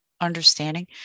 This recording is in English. understanding